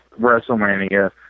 WrestleMania –